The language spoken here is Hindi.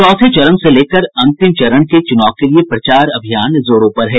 चौथे चरण से लेकर अंतिम चरण के चुनाव के लिए प्रचार अभियान जोरों पर है